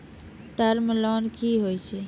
Term loan कि होय छै?